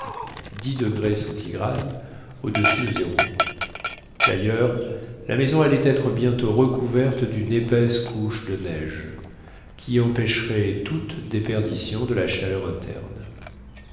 au-dessus de zéro d'ailleurs la maison allait être bientôt recouverte d'une épaisse couche de neige qui empêcherait toute déperdition de la chaleur interne